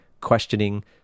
questioning